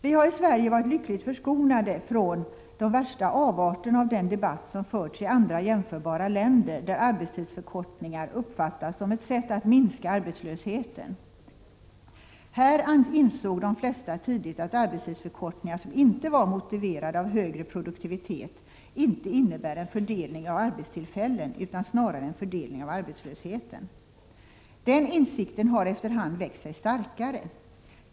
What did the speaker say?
Vi har i Sverige varit lyckligt förskonade från de värsta avarterna av den debatt som förts i andra jämförbara länder, där arbetstidsförkortningar uppfattas som ett sätt att minska arbetslösheten. Här insåg de flesta tidigt att arbetstidsförkortningar som inte var motiverade av högre produktivitet inte innebär en fördelning av arbetstillfällen utan snarare en fördelning av arbetslösheten. Den insikten har efter hand växt sig starkare.